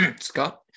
Scott